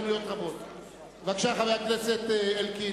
חבר הכנסת אלקין,